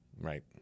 Right